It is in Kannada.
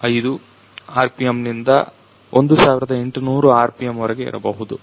5 ಆರ್ಪಿಎಂನಿಂದ 1800 ಆರ್ಪಿಎಂ ವರೆಗೆ ಇರಬಹುದು